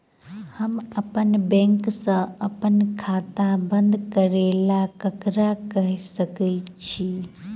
हम अप्पन बैंक सऽ अप्पन खाता बंद करै ला ककरा केह सकाई छी?